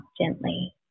gently